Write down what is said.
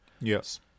Yes